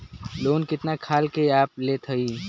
Loan कितना खाल के आप लेत हईन?